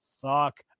fuck